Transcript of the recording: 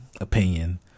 opinion